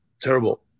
Terrible